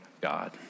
God